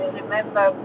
remember